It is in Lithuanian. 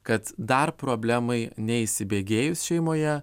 kad dar problemai neįsibėgėjus šeimoje